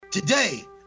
Today